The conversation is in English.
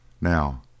Now